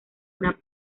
una